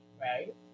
Right